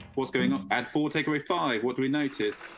what's going on at four takeaway five? what do we notice?